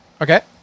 Okay